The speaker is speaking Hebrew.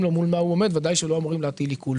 לו מול מה הוא עומד ודאי שלא אמורים להטיל עיקול.